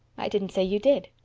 i didn't say you did.